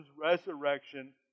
resurrection